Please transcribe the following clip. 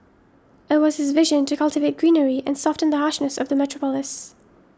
it was his vision to cultivate greenery and soften the harshness of the metropolis